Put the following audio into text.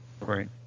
Right